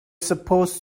supposed